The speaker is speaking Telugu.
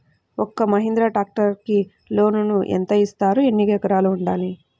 ఒక్క మహీంద్రా ట్రాక్టర్కి లోనును యెంత ఇస్తారు? ఎన్ని ఎకరాలు ఉండాలి?